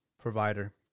provider